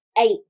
eight